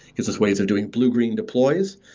gives us ways of doing blue-green deploys,